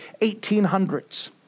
1800s